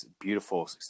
beautiful